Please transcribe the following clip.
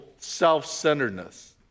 self-centeredness